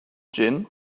gin